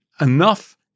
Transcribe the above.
enough